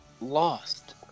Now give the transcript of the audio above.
lost